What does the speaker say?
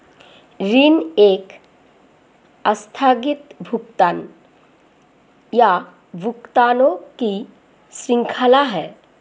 ऋण एक आस्थगित भुगतान, या भुगतानों की श्रृंखला है